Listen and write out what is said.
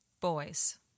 boys